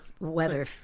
weather